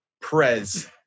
Prez